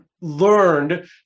learned